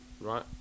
right